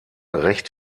recht